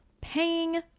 paying